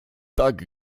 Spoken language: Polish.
tak